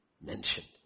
mentioned